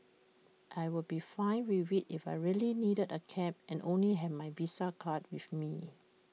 I'll be fine with IT if I really needed A cab and only have my visa card with me